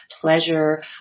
pleasure